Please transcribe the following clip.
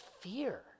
fear